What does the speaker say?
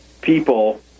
people